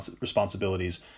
responsibilities